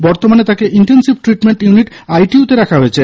বর্তমানে তাঁকে intensive treatment unit I T U তে রাখা হয়েছে